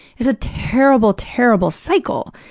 there's a terrible, terrible cycle.